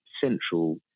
central